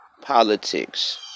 politics